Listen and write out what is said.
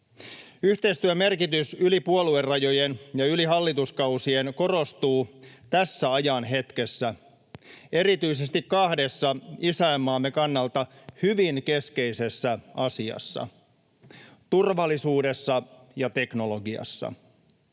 Yhteistyön merkitys yli puoluerajojen ja yli hallituskausien korostuu tässä ajan hetkessä, erityisesti kahdessa isänmaamme kannalta hyvin keskeisessä asiassa: turvallisuudessa ja teknologiassa.